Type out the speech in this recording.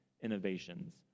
innovations